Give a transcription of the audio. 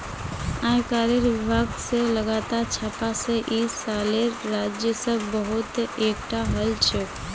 आयकरेर विभाग स लगातार छापा स इस सालेर राजस्व बहुत एकटठा हल छोक